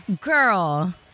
Girl